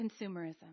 consumerism